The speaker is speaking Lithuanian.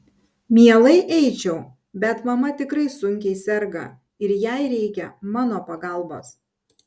mielai eičiau bet mama tikrai sunkiai serga ir jai reikia mano pagalbos